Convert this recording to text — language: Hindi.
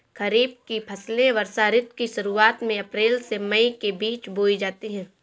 खरीफ की फसलें वर्षा ऋतु की शुरुआत में अप्रैल से मई के बीच बोई जाती हैं